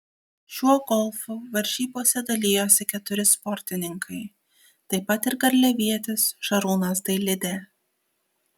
šiuo golfu varžybose dalijosi keturi sportininkai taip pat ir garliavietis šarūnas dailidė